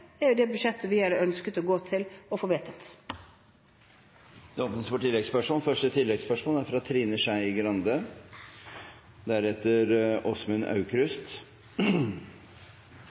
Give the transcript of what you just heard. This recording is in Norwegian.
er det budsjettet vi hadde ønsket å gå for og få vedtatt. Det åpnes for oppfølgingsspørsmål – først Trine Skei Grande.